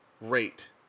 rate